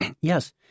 Yes